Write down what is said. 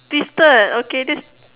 tw~ twisted okay this